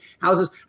houses